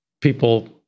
people